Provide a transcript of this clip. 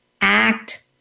act